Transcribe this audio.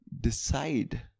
decide